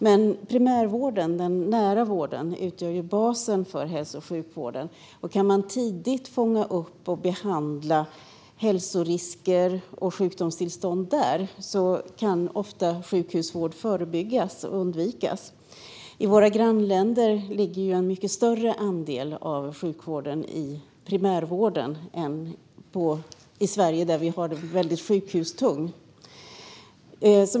Det är dock primärvården, den nära vården, som utgör basen för hälso och sjukvården, och kan man tidigt fånga upp och behandla hälsorisker och sjukdomstillstånd där kan sjukhusvård ofta förebyggas och undvikas. I våra grannländer ligger en mycket större andel av sjukvården i primärvården än vad den gör i Sverige, där vi har det väldigt sjukhustungt.